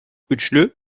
üçlü